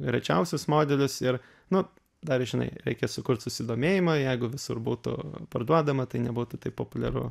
rečiausius modelius ir nu dar žinai reikia sukurt susidomėjimą jeigu visur būtų parduodama tai nebūtų taip populiaru